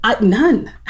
None